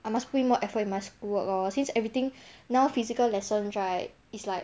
I must put more effort in my school work lor since everything now physical lessons right is like